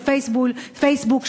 של פייסבוק,